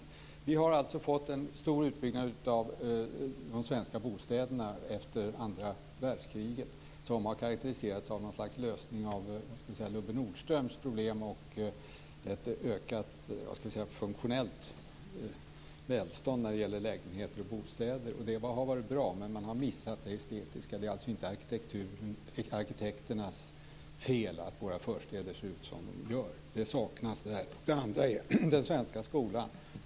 Vi har efter andra världskriget fått en stor utbyggnad av det svenska bostadsbeståndet, vilken har karakteriserats som ett slags lösning av Lubbe Nordströms problem, och ett ökat funktionellt välstånd när det gäller lägenheter och andra bostäder. Det har varit bra, men man har missat det estetiska. Det är alltså inte våra arkitekters fel att våra förstäder ser ut som de gör. Det saknas något i den svenska skolan.